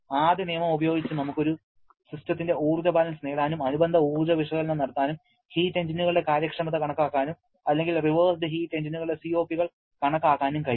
ആദ്യ നിയമം ഉപയോഗിച്ച് നമുക്ക് ഒരു സിസ്റ്റത്തിന്റെ ഊർജ്ജ ബാലൻസ് നേടാനും അനുബന്ധ ഊർജ്ജ വിശകലനം നടത്താനും ഹീറ്റ് എഞ്ചിനുകളുടെ കാര്യക്ഷമത കണക്കാക്കാനും അല്ലെങ്കിൽ റിവേഴ്സ്ഡ് ഹീറ്റ് എഞ്ചിനുകളുടെ COP കൾ കണക്കാക്കാനും കഴിയും